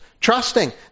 trusting